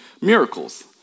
miracles